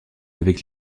avec